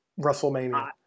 WrestleMania